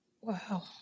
Wow